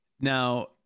Now